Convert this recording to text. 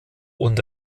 und